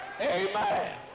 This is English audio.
Amen